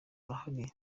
urahari